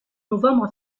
novembre